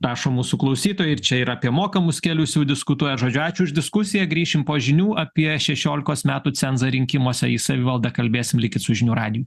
rašo mūsų klausytojai ir čia ir apie mokamus kelius jau diskutuoja žodžiu ačiū už diskusiją grįšim po žinių apie šešiolikos metų cenzą rinkimuose į savivaldą kalbėsim likit su žinių radiju